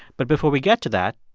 but before we get to that,